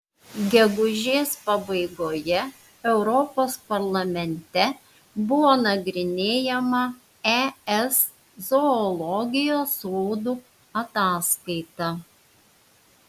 gegužės pabaigoje europos parlamente buvo nagrinėjama es zoologijos sodų ataskaita